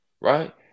right